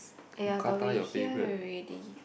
!aiya! but we are here already